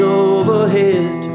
overhead